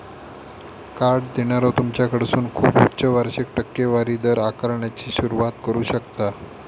card देणारो तुमच्याकडसून खूप उच्च वार्षिक टक्केवारी दर आकारण्याची सुरुवात करू शकता